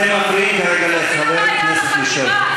אתם מפריעים כרגע לחבר הכנסת לשאול.